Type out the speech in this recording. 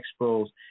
expos